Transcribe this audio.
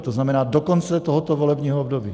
To znamená do konce tohoto volebního období.